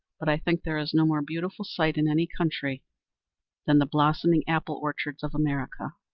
but i think there is no more beautiful sight in any country than the blossoming apple orchards of america.